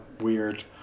weird